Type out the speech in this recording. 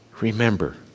Remember